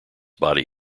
body